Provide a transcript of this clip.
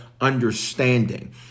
Understanding